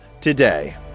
today